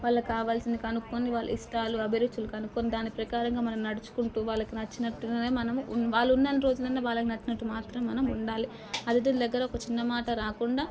వాళ్ళకి కావాల్సినవి కనుక్కుని వాళ్ళ ఇష్టాలు అభిరుచులు కనుక్కుని దాని ప్రకారంగా మనం నడుచుకుంటూ వాళ్ళకి నచ్చినట్టుగానే మనం ఉన్న వాళ్ళు ఉన్నన్ని రోజులు వాళ్ళకి నచ్చినట్టు మాత్రమే మనం ఉండాలి అతిధుల దగ్గర ఒక చిన్న మాట రాకుండా